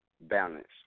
balance